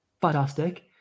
fantastic